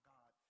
God